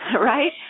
right